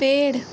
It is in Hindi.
पेड़